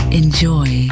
enjoy